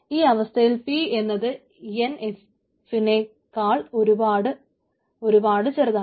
ഈ അവസ്ഥയിൽ പി എന്നത് എൻ എഫിനെക്കാൾ ഒരുപാട് ഒരുപാട് ചെറുതാണ്